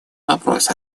вопрос